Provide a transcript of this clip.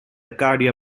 acadia